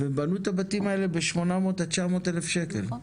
ובנו את הבתים האלה ב-800,000-00,000 שקלים.